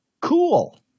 Cool